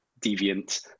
deviant